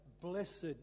Blessed